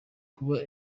kuba